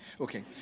okay